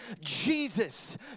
Jesus